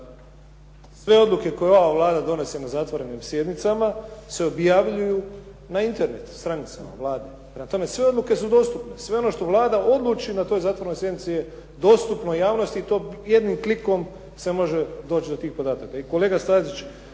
sve odluke koje ova Vlada donese na zatvorenim sjednicama se objavljuju na Internet stranicama Vlade. Prema tome, sve odluke su dostupne. Sve ono što Vlada odluči na toj zatvorenoj sjednici je dostupno javnosti i to jednim klikom se može doći do tih podataka.